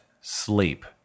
sleep